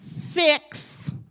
fix